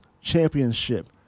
championship